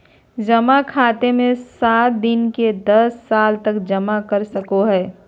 जमा खाते मे सात दिन से दस साल तक जमा कर सको हइ